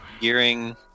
gearing